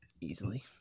easily